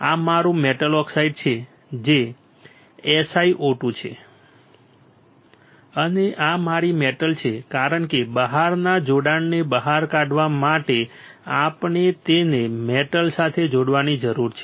આ મારું metal oxide છે જે SiO2 છે અને આ મારી મેટલ છે કારણ કે બહારના જોડાણને બહાર કાઢવા માટે આપણે તેને મેટલ સાથે જોડવાની જરૂર છે